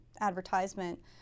Advertisement